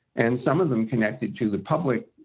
and some of them connected to the public.